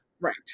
Right